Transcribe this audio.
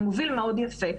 ומאוד יפה.